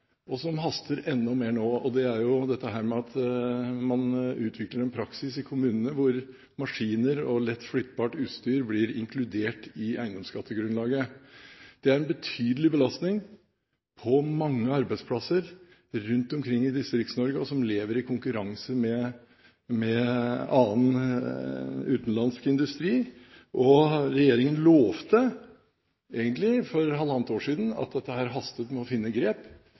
og som haster enda mer nå, og det er at man utvikler en praksis i kommunene hvor maskiner og lett flyttbart utstyr blir inkludert i eiendomsskattegrunnlaget. Det er en betydelig belastning på mange arbeidsplasser rundt omkring i Distrikts-Norge som lever i konkurranse med utenlandsk industri. Regjeringen lovte egentlig for halvannet år siden å finne grep